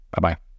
Bye-bye